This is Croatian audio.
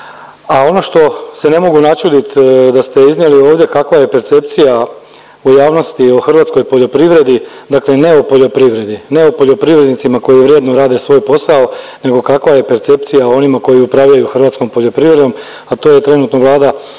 A ono što se ne mogu načudit da ste iznijeli ovdje kakva je percepcija u javnosti o hrvatskoj poljoprivredi, dakle ne o poljoprivredi, ne o poljoprivrednicima koji vrijedno rade svoj posao nego kakva je percepcija o onima koji upravljaju hrvatskom poljoprivredom, a to je trenutno Vlada g.